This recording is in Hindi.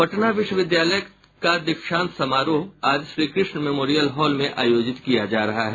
पटना विश्वविद्यालय का दीक्षांत समारोह आज श्रीकृष्ण मेमोरियल हॉल में आयोजित किया जा रहा है